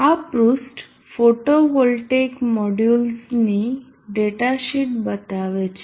આ પૃષ્ઠ ફોટોવોલ્ટેઇક મોડ્યુલોની ડેટાશીટ બતાવે છે